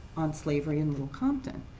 on slavery in little compton.